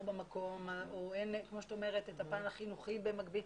במקום או כמו שאת אומרת אין את הפן החינוכי במקביל,